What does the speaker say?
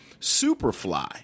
Superfly